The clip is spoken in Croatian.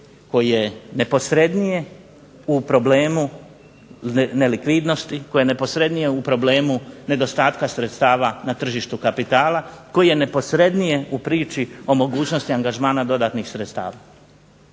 koje je neposrednije u problemu nelikvidnosti, koje je neposrednije u problemu nedostatka sredstava na tržištu kapitala, koji je neposrednije u priči o mogućnosti angažmana dodatnih sredstava.